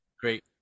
Great